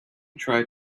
tried